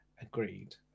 Agreed